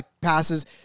passes